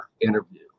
interview